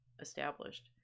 established